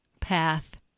path